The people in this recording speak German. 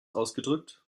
ausgedrückt